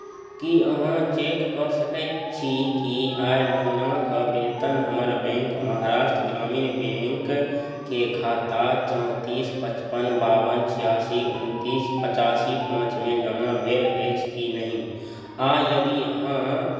कि अहाँ चेक कऽ सकै छी कि एहि महिनाके वेतन हमर बैँक महाराष्ट्र ग्रामीण बैँकके खाता चौँतिस पचपन बावन छिआसी उनतिस पचासी पाँचमे जमा भेल अछि कि नहि आओर यदि हाँ